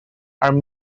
are